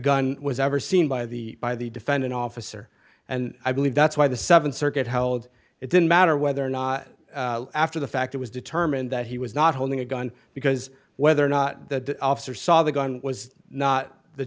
gun was ever seen by the by the defendant officer and i believe that's why the th circuit held it didn't matter whether or not after the fact it was determined that he was not holding a gun because whether or not the officer saw the gun was not the